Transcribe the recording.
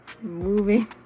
moving